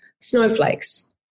Snowflakes